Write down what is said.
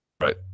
right